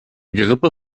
gerippe